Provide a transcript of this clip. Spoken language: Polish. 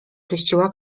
czyściła